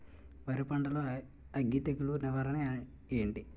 వరి పంటలో అగ్గి తెగులు నివారణ ఏంటి?